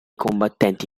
combattenti